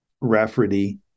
Rafferty